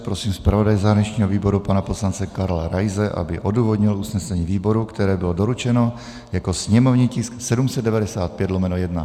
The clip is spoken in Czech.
Prosím zpravodaje zahraničního výboru pana poslance Karla Raise, aby odůvodnil usnesení výboru, které bylo doručeno jako sněmovní tisk 795/1.